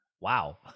Wow